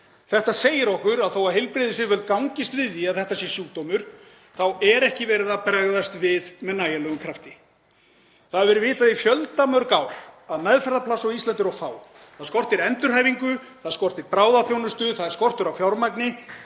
Þetta segir okkur að þó að heilbrigðisyfirvöld gangist við því að þetta sé sjúkdómur þá er ekki verið að bregðast við með nægilegum krafti. Það hefur verið vitað í fjöldamörg ár að meðferðarpláss á Íslandi eru of fá. Það skortir endurhæfingu. Það skortir bráðaþjónustu. Það er skortur á fjármagni.